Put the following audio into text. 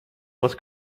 was